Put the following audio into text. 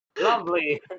Lovely